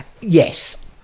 Yes